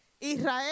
Israel